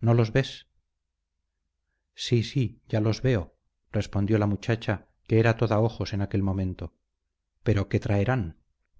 no los ves sí sí ya los veo respondió la muchacha que era toda ojos en aquel momento pero qué traerán